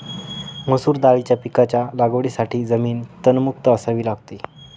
मसूर दाळीच्या पिकाच्या लागवडीसाठी जमीन तणमुक्त असावी लागते